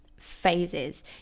phases